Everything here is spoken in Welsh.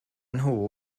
nhw